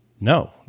no